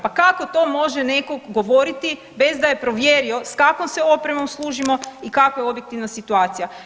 Pa kako to može netko govoriti bez da je provjerio s kakvom se opremom služimo i kakva je objektivna situacija?